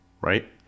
right